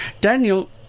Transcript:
Daniel